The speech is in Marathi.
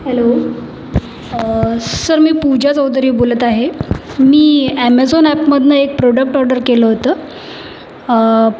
हॅलो सर मी पूजा चौधरी बोलत आहे मी ॲमेझॉन ॲपमधनं एक प्रोडक्ट ऑर्डर केलं होतं